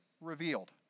revealed